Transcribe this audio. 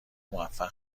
موفق